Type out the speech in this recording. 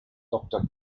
doctor